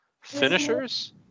finishers